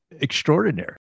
extraordinary